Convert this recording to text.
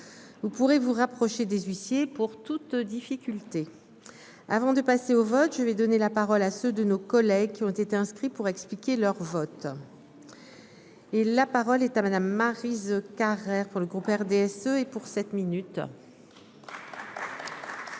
Vous pourrez vous rapprocher des huissiers pour toute difficulté. Avant de passer au vote, je vais donner la parole à ceux de nos collègues qui ont été inscrits pour expliquer leur vote. La parole est à Mme Maryse Carrère, pour le groupe du Rassemblement